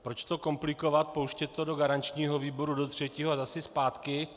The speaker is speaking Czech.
Proč to komplikovat, pouštět to do garančního výboru do třetího a zase zpátky?